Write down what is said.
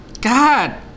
God